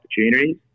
opportunities